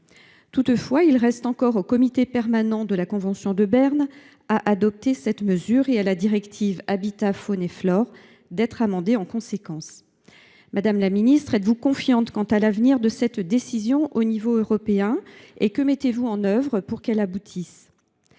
Toutefois, il reste encore au comité permanent de la convention de Berne à adopter cette mesure, et à la directive dite Habitats faune flore du 21 mai 1992 d’être amendée en conséquence. Madame la ministre, êtes vous confiante dans l’avenir de cette décision à l’échelon européen et que mettez vous en œuvre pour qu’elle aboutisse ?